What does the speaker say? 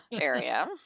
area